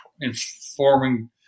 informing